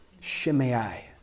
Shimei